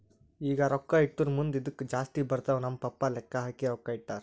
ಈಗ ರೊಕ್ಕಾ ಇಟ್ಟುರ್ ಮುಂದ್ ಇದ್ದುಕ್ ಜಾಸ್ತಿ ಬರ್ತಾವ್ ನಮ್ ಪಪ್ಪಾ ಲೆಕ್ಕಾ ಹಾಕಿ ರೊಕ್ಕಾ ಇಟ್ಟಾರ್